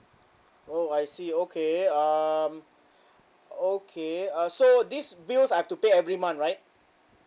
oh I see okay um okay uh so this bills I have to pay every month right